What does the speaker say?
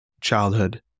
childhood